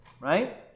Right